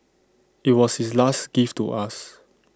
IT was his last gift to us